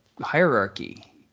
hierarchy